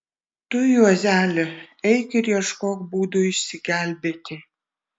tu juozeli eik ir ieškok būdų išsigelbėti